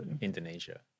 Indonesia